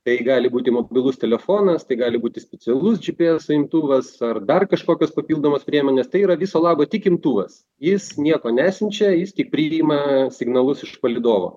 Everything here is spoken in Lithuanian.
tai gali būti mobilus telefonas tai gali būti specialus gps imtuvas ar dar kažkokios papildomos priemonės tai yra viso labo tik imtuvas jis nieko nesiunčia jis tik priima signalus iš palydovo